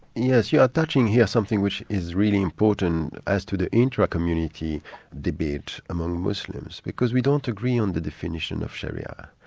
yes, you are touching here something which is really important as to the intra-community debate among muslims. because we don't agree on the definition of sharia.